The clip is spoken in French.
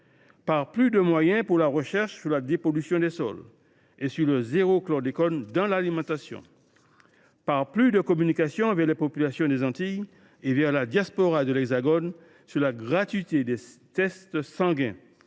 plus de moyens pour la recherche sur la dépollution des sols et sur le « zéro chlordécone » dans l’alimentation ; en communiquant plus avec les populations des Antilles et la diaspora de l’Hexagone sur la gratuité des tests sanguins